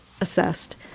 assessed